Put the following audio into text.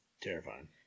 Terrifying